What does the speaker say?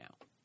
now